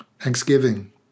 Thanksgiving